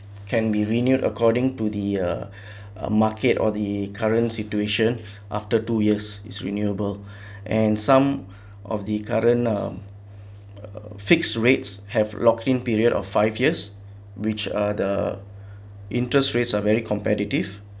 can be renewed according to the uh a market or the current situation after two years is renewable and some of the current um uh fixed rates have lock-in period of five years which uh the interest rates are very competitive